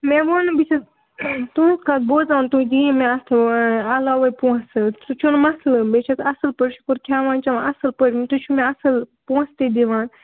مےٚ ووٚن نہٕ بہٕ چھَس تُہٕنٛز کَتھ بوزان تُہۍ دِیِو مےٚ اَتھ علاوَے پونٛسہٕ سُہ چھُنہٕ مسلہٕ بٔے چھَس اَصٕل پٲٹھۍ شُکُر کھٮ۪وان چٮ۪وان اَصٕل پٲٹھۍ تُہۍ چھُو مےٚ اَصٕل پونٛسہٕ تہِ دِوان